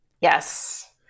Yes